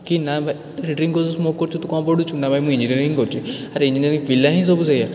କି ନା ଭାଇ ଡ୍ରିଙ୍କ୍ କରୁଛୁ ସ୍ମୋକ୍ କରୁଛୁ ତୁ କ'ଣ ପଢ଼ୁଛୁ ନା ଭାଇ ମୁଁ ଇଞ୍ଜିନିୟରିଙ୍ଗ୍ କରୁଛି ଆରେ ଇଞ୍ଜିନିୟରିଙ୍ଗ୍ ପିଲା ହିଁ ସବୁ ସେଇୟା